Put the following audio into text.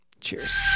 Cheers